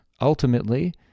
ultimately